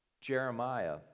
Jeremiah